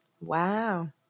Wow